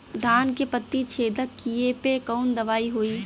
धान के पत्ती छेदक कियेपे कवन दवाई होई?